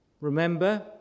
Remember